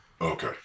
okay